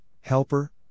helper